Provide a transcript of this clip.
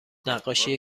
نقاشی